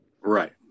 Right